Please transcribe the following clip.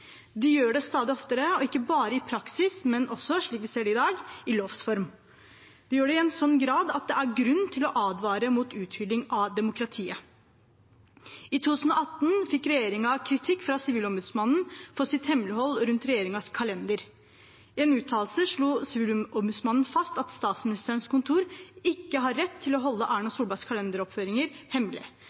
De gjør det stadig oftere – og ikke bare i praksis, men også, slik vi ser det i dag, i lovs form. De gjør det i en sånn grad at det er grunn til å advare mot uthuling av demokratiet. I 2018 fikk regjeringen kritikk fra Sivilombudsmannen for sitt hemmelighold rundt regjeringens kalender. I en uttalelse slo Sivilombudsmannen fast at Statsministerens kontor ikke har rett til å holde Erna Solbergs kalenderoppføringer hemmelig.